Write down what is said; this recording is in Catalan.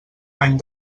any